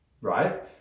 right